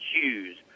choose